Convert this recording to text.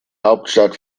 hauptstadt